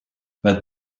but